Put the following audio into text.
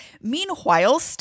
Meanwhile